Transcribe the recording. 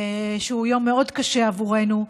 שהוא יום מאוד קשה עבורנו,